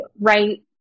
right